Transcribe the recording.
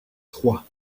trois